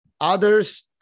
others